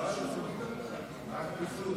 חבריי חברי הכנסת,